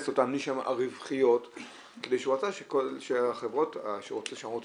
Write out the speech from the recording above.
לכנס אותן --- הרווחיות מפני שהוא רצה שהחברות שאנחנו רוצים